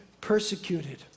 persecuted